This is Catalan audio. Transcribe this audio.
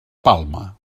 palma